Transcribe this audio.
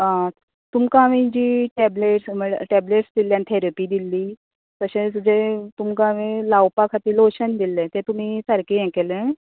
आं तुमका हांवेन जी टॅबलेट म्हळ्या टॅबलेट्स दिल्ली आनी थेरपी दिल्ली तशेंच जे तुमका हांवें लावपा खातीर लॉशन दिले तें तुमी सारके हे केले